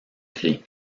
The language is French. gris